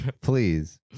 please